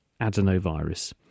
adenovirus